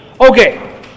Okay